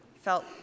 felt